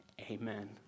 amen